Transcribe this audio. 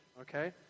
Okay